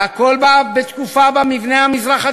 והכול בתקופה שבה מבנה המזרח התיכון,